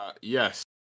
yes